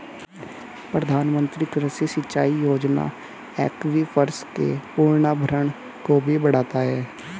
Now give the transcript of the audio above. प्रधानमंत्री कृषि सिंचाई योजना एक्वीफर्स के पुनर्भरण को भी बढ़ाता है